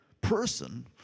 person